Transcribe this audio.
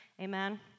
Amen